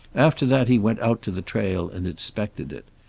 after that he went out to the trail and inspected it.